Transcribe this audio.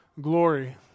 glory